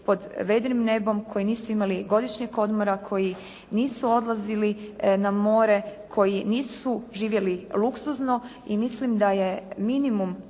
pod vedrim nebom, koji nisu imali godišnjeg odmora, koji nisu odlazili na more, koji nisu živjeli luksuzno i mislim da je minimum